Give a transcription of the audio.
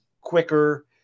quicker